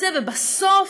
ובסוף,